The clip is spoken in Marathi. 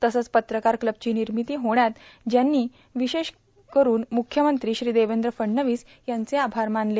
तसंच पत्रकार क्लबची र्नामती होण्यात ज्यांची र्नाण र्विशेष करून म्ख्यमंत्री श्री देवद्र फडणवीस यांचे आभार मानले